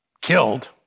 killed